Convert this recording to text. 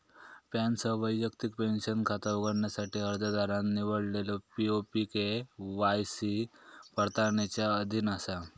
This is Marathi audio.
पॅनसह वैयक्तिक पेंशन खाता उघडण्यासाठी अर्जदारान निवडलेलो पी.ओ.पी के.वाय.सी पडताळणीच्या अधीन असा